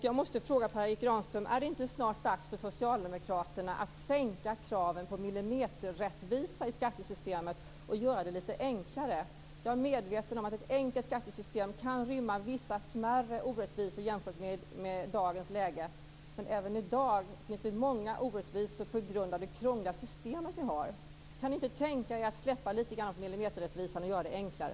Jag måste fråga Per Erik Granström: Är det inte snart dags för socialdemokraterna att sänka kraven på millimeterrättvisa i skattesystemet och göra det lite enklare? Jag är medveten om att ett enkelt skattesystem kan rymma vissa smärre orättvisor jämfört med dagens. Men även i dag finns det många orättvisor på grund av det krångliga system som vi har. Kan ni inte tänka er att släppa lite grann på millimeterrättvisan och göra det enklare?